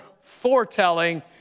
foretelling